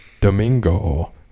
Domingo